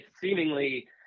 seemingly